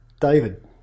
David